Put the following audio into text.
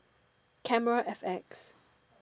camera F_X